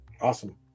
Awesome